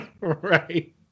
right